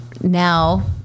now